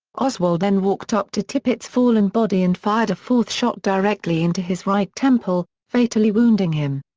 oswald then walked up to tippit's fallen body and fired a fourth shot directly into his right temple, fatally wounding him.